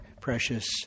precious